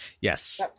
Yes